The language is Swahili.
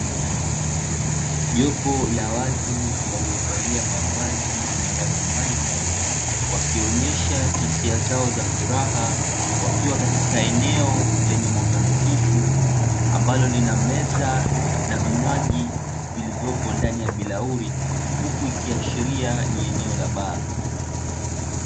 Jopo la watu waliovalia mavazi yenye rangi mbalimbali, wakionyesha hisia zao za furaha, wakiwa katika eneo lenye mwanga hafifu, ambalo lina meza na vinywaji vilivyopo ndani ya bilauri, huku ikiashiria ni eleo la baa.